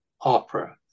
opera